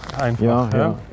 einfach